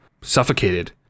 suffocated